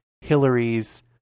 Hillary's